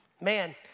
Man